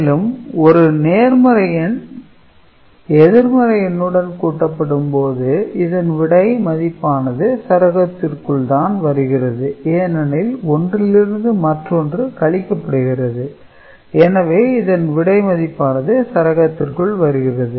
மேலும் ஒரு நேர்மறை எண் எதிர்மறை எண்ணுடன் கூட்டப்படும் போது இதன் விடை மதிப்பானது சரகத்திற்குள் தான் வருகிறது ஏனெனில் ஒன்றிலிருந்து மற்றொன்று கழிக்கப்படுகிறது எனவே இதன் விடை மதிப்பானது சரகத்திற்குள் வருகிறது